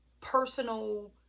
personal